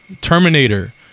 Terminator